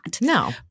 No